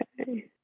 Okay